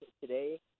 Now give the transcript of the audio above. today